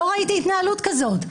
לא ראיתי התנהלות כזאת.